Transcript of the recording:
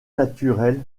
naturel